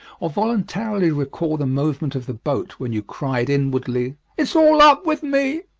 or voluntarily recall the movement of the boat when you cried inwardly, it's all up with me!